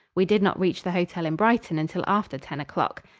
we did not reach the hotel in brighton until after ten o'clock.